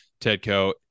Tedco